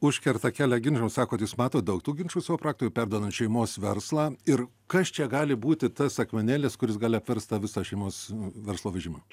užkerta kelią ginčam sakot jūs matot daug tų ginčų savo praktikoj perduodant šeimos verslą ir kas čia gali būti tas akmenėlis kuris gali apverst tą visą šeimos verslo vežimą